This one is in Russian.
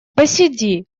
посиди